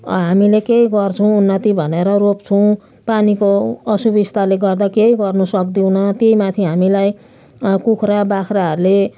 हामीले केही गर्छौँ उन्नति भनेर रोप्छौँ पानीको असुविस्ताले गर्दा केही गर्नु सक्दैनौँ त्यही माथि हामीलाई कुखुरा बाख्राहरूले